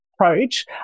approach